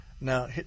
Now